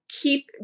keep